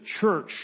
Church